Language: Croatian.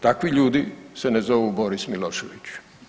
Takvi ljudi se ne zovu Boris Milošević.